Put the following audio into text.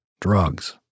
drugs